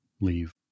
leave